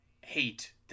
hate